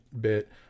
bit